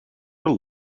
what